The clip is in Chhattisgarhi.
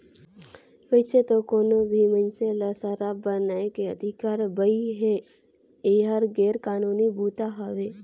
वइसे तो कोनो भी मइनसे ल सराब बनाए के अधिकार बइ हे, एहर गैर कानूनी बूता हवे